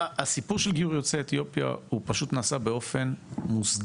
הסיפור של גיור יוצאי אתיופיה הוא פשוט נעשה באופן מוסדר.